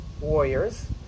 warriors